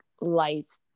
lights